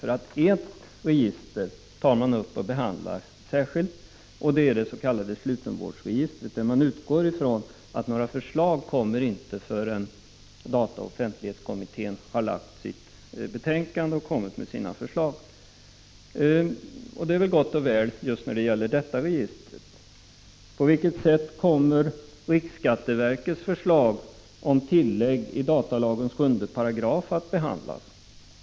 Man tar nämligen upp ett register och behandlar det särskilt, nämligen det s.k. slutenvårdsregistret, där man utgår ifrån att några förslag inte kommer att föreläggas riksdagen förrän dataoch offentlighetskommittén har lagt fram sitt betänkande och presenterat sina förslag. Det är gott och väl just när det gäller det registret. att behandlas?